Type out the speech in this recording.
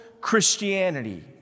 Christianity